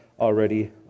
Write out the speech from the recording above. already